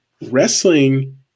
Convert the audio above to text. wrestling